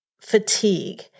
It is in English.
fatigue